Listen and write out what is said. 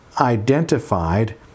identified